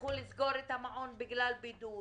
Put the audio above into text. יצטרכו לסגור את המעון בגלל בידוד